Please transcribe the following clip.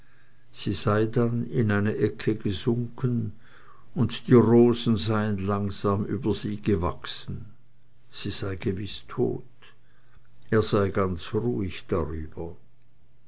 sie sei dann in eine ecke gesunken und die rosen seien langsam über sie gewachsen sie sei gewiß tot er sei ganz ruhig darüber